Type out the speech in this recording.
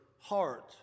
heart